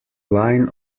line